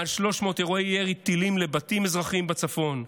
מעל 300 אירועי ירי טילים לבתים אזרחיים בצפון,